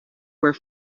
were